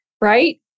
right